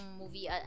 movie